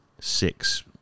six